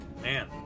Man